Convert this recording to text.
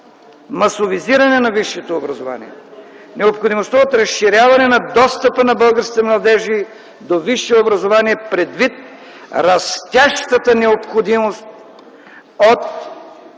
масовизиране на висшето образование, необходимостта от разширяване на достъпа на български младежи до висше образование предвид растящата необходимост от